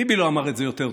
ביבי לא אמר את זה יותר טוב.